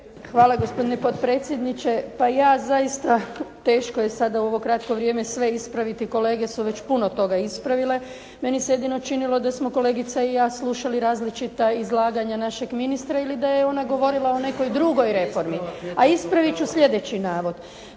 Hvala gospodine potpredsjedniče, pa ja zaista, teško je sad u ovo kratko vrijeme sve ispraviti, kolege su već puno toga ispravile. Meni se jedino činilo da smo kolegica i ja slušali različita izlaganja našeg ministra ili da je ona govorila o nekoj drugoj reformi. A ispravit ću sljedeći navod.